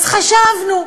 אז חשבנו.